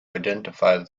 identify